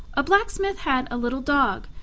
a blacksmith had a little dog,